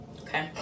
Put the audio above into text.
okay